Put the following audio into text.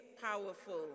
powerful